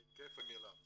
בעקבות מיל"ה.